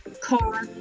car